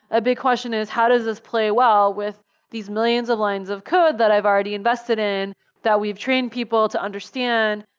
a big question is, how does this play well with these millions of lines of code that i've already invested in that we've trained people to understand?